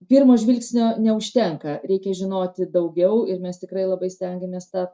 pirmo žvilgsnio neužtenka reikia žinoti daugiau ir mes tikrai labai stengiamės tą